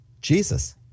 Jesus